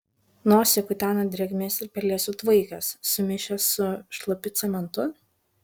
nosį kutena drėgmės ir pelėsių tvaikas sumišęs su šlapiu cementu